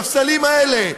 שאנחנו, בספסלים האלה,